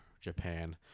Japan